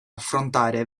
affrontare